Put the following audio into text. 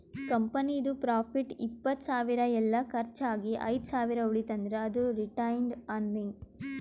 ಕಂಪನಿದು ಪ್ರಾಫಿಟ್ ಇಪ್ಪತ್ತ್ ಸಾವಿರ ಎಲ್ಲಾ ಕರ್ಚ್ ಆಗಿ ಐದ್ ಸಾವಿರ ಉಳಿತಂದ್ರ್ ಅದು ರಿಟೈನ್ಡ್ ಅರ್ನಿಂಗ್